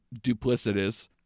duplicitous